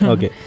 Okay